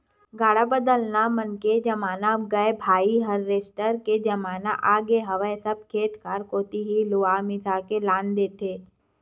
गाड़ा बदला मन के जमाना अब गय भाई हारवेस्टर के जमाना आगे हवय सब खेत खार कोती ही लुवा मिसा के लान देथे